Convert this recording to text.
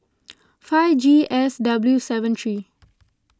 five G S W seven three